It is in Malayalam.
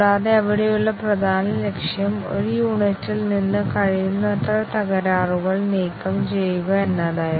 കൂടാതെ അവിടെയുള്ള പ്രധാന ലക്ഷ്യം ഒരു യൂണിറ്റിൽ നിന്ന് കഴിയുന്നത്ര തകരാറുകൾ നീക്കം ചെയ്യുക എന്നതായിരുന്നു